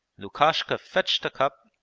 lukashka fetched a cup,